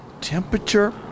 Temperature